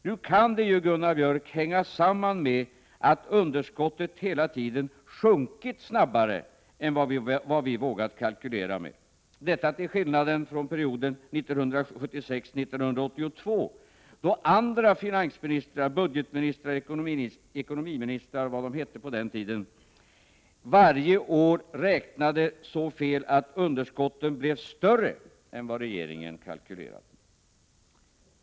Nu kan det, Gunnar Björk, hänga samman med att underskottet hela tiden sjunkit snabbare än vad vi själva vågat kalkylera med, till skillnad från perioden 1976—1982 då andra finansministrar, budgetministrar och ekonomiministrar varje år räknade så fel att underskotten blev större än vad regeringen kalkylerade med.